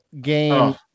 game